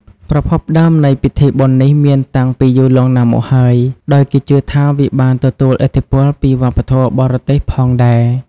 ប្រភពដើមនៃពិធីបុណ្យនេះមានតាំងពីយូរលង់ណាស់មកហើយ ដោយគេជឿថាវាបានទទួលឥទ្ធិពលពីវប្បធម៌បរទេសផងដែរ។